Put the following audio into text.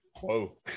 whoa